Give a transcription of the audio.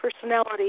personality